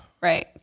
Right